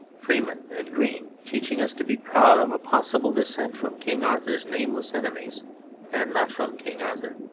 freeman and green, teaching us to be proud of a possible descent from king arthur's nameless enemies and not from king arthur.